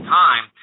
time